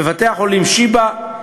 בבתי-החולים שיבא,